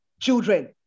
children